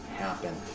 Happen